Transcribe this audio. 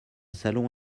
salon